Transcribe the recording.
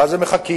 ואז הם מחכים,